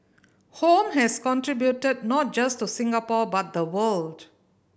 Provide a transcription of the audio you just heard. home has contributed not just to Singapore but the world